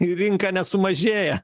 į rinką nesumažėja